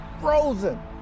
frozen